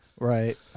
Right